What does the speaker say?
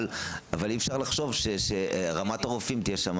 אבל אי אפשר לחשוב שרמת הרופאים תהיה שם